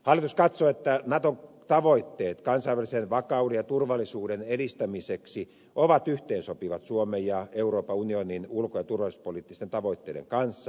hallitus katsoo että naton tavoitteet kansainvälisen vakauden ja turvallisuuden edistämiseksi ovat yhteensopivat suomen ja euroopan unionin ulko ja turvallisuuspoliittisten tavoitteiden kanssa